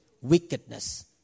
wickedness